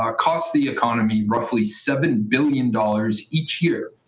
um cost the economy roughly seven billion dollars each year.